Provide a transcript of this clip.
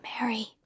Mary